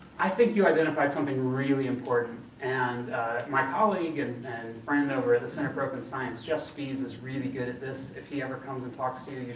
i think you identified something really important, and my colleague and and friend over at the center for open science, jeff spies is really good at this. if he ever comes and talks to you, and